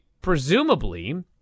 presumably